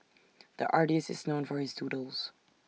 the artist is known for his doodles